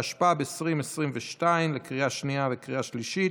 התשפ"ב 2022, לקריאה השנייה ולקריאה השלישית.